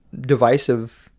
divisive